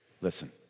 Listen